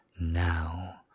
now